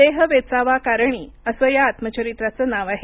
देह वेचावा कारणी असं या आत्मचरित्राचं नाव आहे